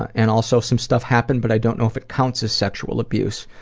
and also some stuff happened but i don't know if it counts as sexual abuse.